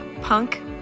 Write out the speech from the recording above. punk